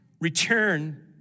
return